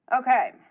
Okay